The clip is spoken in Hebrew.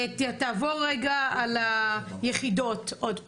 תעבור רגע על היחידות עוד פעם.